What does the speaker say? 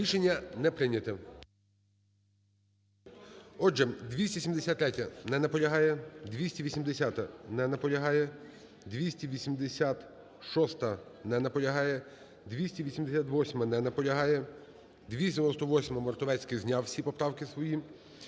Рішення не прийнято. Отже, 273. Не наполягає. 280-а. Не наполягає. 286-а. Не наполягає. 288-а. Не наполягає. 298-а. Мартовецький зняв всі поправки свої.